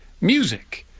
music